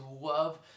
love